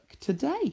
today